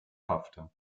paffte